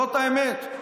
זאת האמת.